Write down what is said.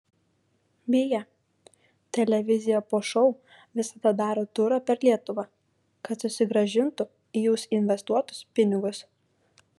beje televizija po šou visada daro turą per lietuvą kad susigrąžintų į jus investuotus pinigus